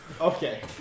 Okay